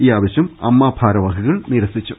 ഈ ആവശ്യം അമ്മ ഭാരവാഹികൾ നിരസിച്ചു